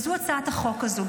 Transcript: וזו הצעת החוק הזו,